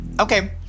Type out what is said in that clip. Okay